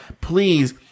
please